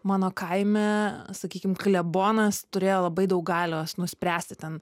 mano kaime sakykim klebonas turėjo labai daug galios nuspręsti ten